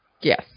Yes